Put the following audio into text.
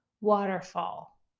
waterfall